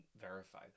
verify